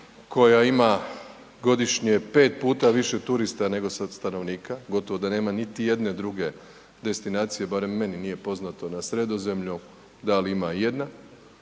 koja ima godišnje 5 puta više turista nego sad stanovnika, gotovo da nema niti jedne druge destinacije, barem meni nije poznato na Sredozemlju da li ima ijedna,